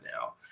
now